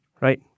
Right